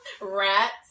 rats